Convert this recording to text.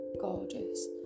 gorgeous